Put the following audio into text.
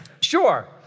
Sure